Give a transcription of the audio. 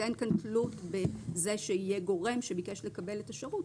אין כאן תלות בזה שיהיה גורם שביקש לקבל את השירות.